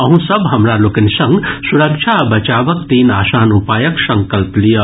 अहूँ सब हमरा लोकनि संग सुरक्षा आ बचावक तीन आसान उपायक संकल्प लियऽ